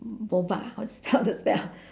how to spell